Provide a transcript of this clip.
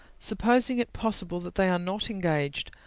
supposing it possible that they are not engaged,